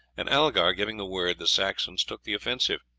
and algar giving the word, the saxons took the offensive,